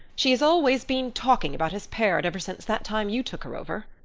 she has always been talking about his parrot ever since that time you took her over.